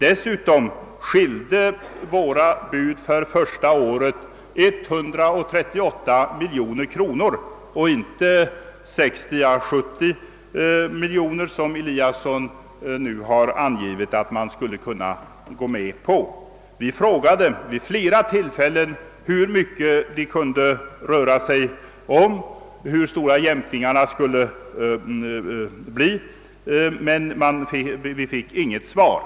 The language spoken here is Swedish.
Dessutom skilde sig våra bud för första året med 138 miljoner kronor och inte med 60 å 70 miljoner som herr Eliasson i Sundborn nu har uppgivit att man skulle kunnat gå med på. Vi frågade vid flera tillfällen hur mycket det rörde sig om, hur stora jämkningarna skulie behöva bli, men vi fick inget svar.